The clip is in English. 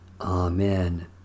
Amen